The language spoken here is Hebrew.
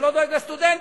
שלא דואג לסטודנטים.